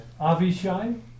Avishai